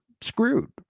screwed